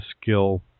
skill